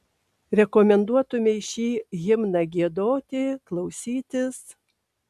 rekomenduotumei šį himną giedoti klausytis